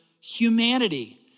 humanity